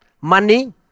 Money